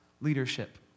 leadership